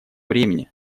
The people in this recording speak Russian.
времени